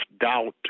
doubt